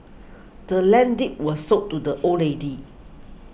the land's deed was sold to the old lady